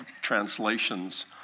translations